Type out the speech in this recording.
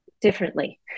Differently